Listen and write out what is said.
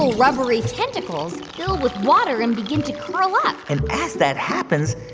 and rubbery tentacles fill with water and begin to curl up and as that happens,